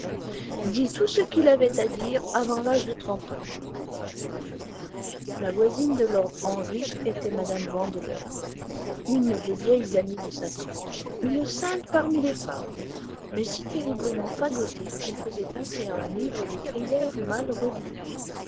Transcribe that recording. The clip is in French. tout ce qu'il avait à dire avant l'âge de trente ans la voisine de lord henry était mme vandeleur une des vieilles amies de sa tante une sainte parmi les femmes mais si terriblement fagotée qu'elle faisait penser à un livre de prières mal relié